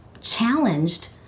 challenged